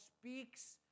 speaks